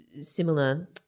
similar